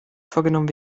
vorgenommen